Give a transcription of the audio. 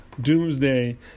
Doomsday